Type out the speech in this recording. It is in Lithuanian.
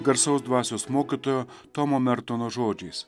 garsaus dvasios mokytojo tomo mertono žodžiais